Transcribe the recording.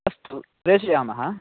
अस्तु प्रेषयामः